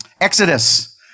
Exodus